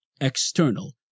external